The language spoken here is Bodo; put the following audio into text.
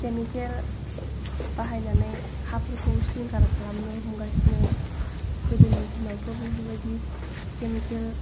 केमिकेल बाहायनानै हाफोरखौ सिलिंखार खालामनो हमगासिनो गोदोनि दिनावथ' बिफोर बायदि केमिकेल